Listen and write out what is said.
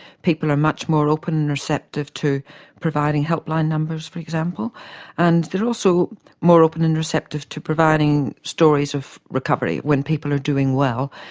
people are much more open and receptive to providing helpline numbers for example and they're also more open and receptive to providing stories of recovery when people are doing well.